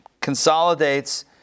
consolidates